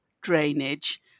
drainage